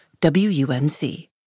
WUNC